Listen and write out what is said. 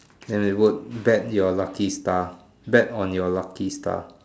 then they put bet your lucky star bet on your lucky star